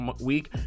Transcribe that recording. week